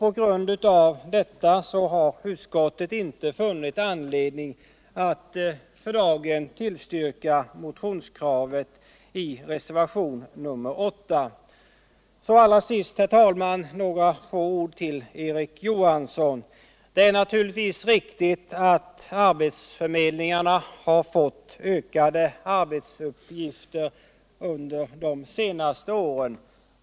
På grund härav har utskottet inte funnit anledning att för dagen tillstyrka det motionskrav som fullföljs i reservationen 8. Till slut, herr talman, några ord till Erik Johansson i Simrishamn. Det är naturligtvis riktigt att arbetsförmedlingarna har fått ökade arbetsuppgifter under de senaste åren.